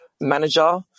manager